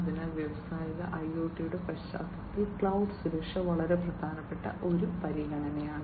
അതിനാൽ വ്യാവസായിക ഐഒടിയുടെ പശ്ചാത്തലത്തിൽ ക്ലൌഡ് സുരക്ഷ വളരെ പ്രധാനപ്പെട്ട ഒരു പരിഗണനയാണ്